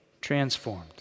transformed